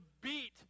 beat